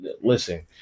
listen